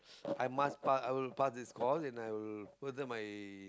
I must pass I will pass this course and further my